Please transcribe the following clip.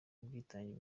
ubwitange